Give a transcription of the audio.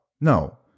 no